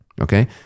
okay